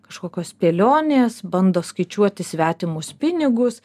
kažkokios spėlionės bando skaičiuoti svetimus pinigus